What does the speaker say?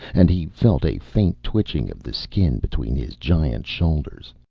and he felt a faint twitching of the skin between his giant shoulders.